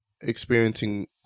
experiencing